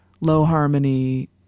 low-harmony